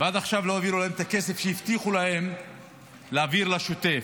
ועד עכשיו לא העבירו להם את הכסף שהבטיחו להם להעביר לשוטף.